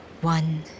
one